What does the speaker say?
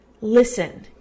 Listen